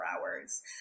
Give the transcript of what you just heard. hours